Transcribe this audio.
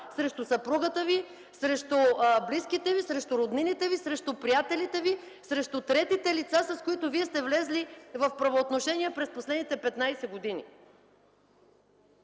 срещу съпругата Ви, срещу близките Ви, срещу роднините Ви, срещу приятелите Ви, срещу третите лица, с които Вие сте влезли в правоотношение през последните 15 г.